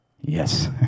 Yes